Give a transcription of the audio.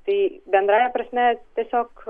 tai bendrąja prasme tiesiog